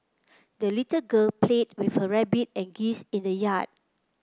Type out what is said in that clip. the little girl played with her rabbit and geese in the yard